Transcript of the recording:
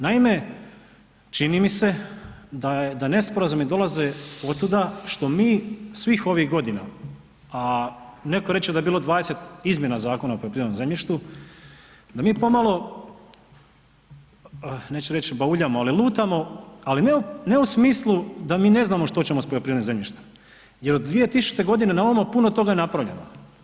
Naime, čini mi se da nesporazumi dolaze otuda što mi svih ovih godina, a netko reče da je bilo 20 izmjena Zakona o poljoprivrednom zemljištu, da mi pomalo, neću reći bauljamo, ali lutamo, ali ne u smislu da mi ne znamo što ćemo s poljoprivrednim zemljištem jer od 2000. g. na ovamo je puno toga napravljeno.